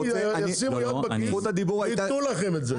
הם ישימו יד בכיס ויתנו לכם את זה.